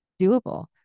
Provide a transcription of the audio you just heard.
doable